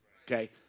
Okay